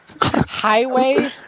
highway